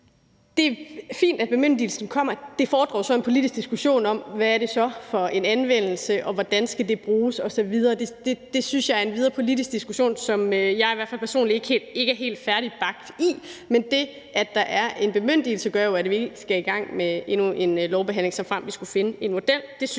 Det er fint, at bemyndigelsen kommer, men det fordrer en politisk diskussion om, hvad det så er for en anvendelse, og hvordan det skal bruges osv. Det synes jeg er en videre politisk diskussion, som jeg i hvert fald personligt ikke er helt færdigbagt i. Men det, at der er en bemyndigelse, gør jo, at vi ikke skal i gang med endnu en lovbehandling, såfremt vi skulle finde en model.